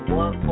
one